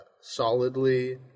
solidly